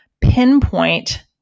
pinpoint